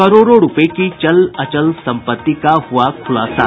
करोड़ों रूपये की चल अचल संपत्ति का हुआ खुलासा